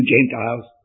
Gentiles